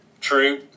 True